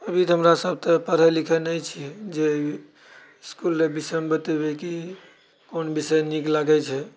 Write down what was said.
अभी तऽ हमरा सब तऽ पढ़ए लिखए नहि छिऐ जे इसकुल ले विषयमे बतबै कि कोन विषय नीक लागैत छै